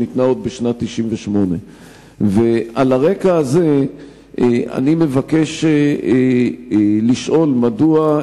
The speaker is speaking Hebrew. שניתנה עוד בשנת 1998. על הרקע הזה אני מבקש לשאול: מדוע,